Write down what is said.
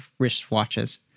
wristwatches